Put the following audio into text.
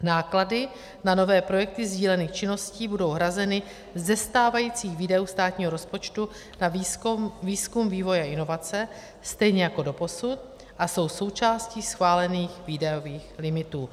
Náklady na nové projekty sdílených činností budou hrazeny ze stávajících výdajů státního rozpočtu na výzkum, vývoj a inovace stejně jako doposud a jsou součástí schválených výdajových limitů.